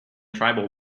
tribal